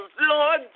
Lord